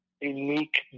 unique